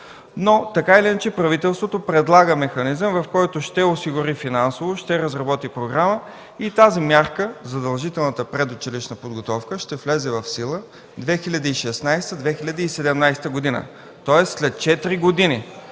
Така или иначе, правителството предлага механизъм, който ще осигури разработването на програма и тази мярка – задължителната предучилищна подготовка, ще влезе в сила 2016 2017 г., тоест след 4 години.